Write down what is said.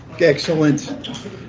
Excellent